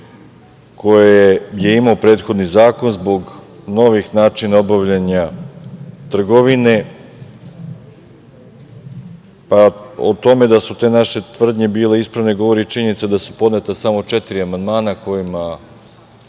koje je imao prethodni zakon zbog novih načina obavljanja trgovine. O tome da su te naše tvrdnje bile ispravne govori činjenica da su podneta samo četiri amandmana ukupno